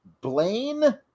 Blaine